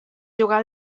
jugar